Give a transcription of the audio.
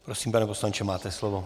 Prosím, pane poslanče, máte slovo.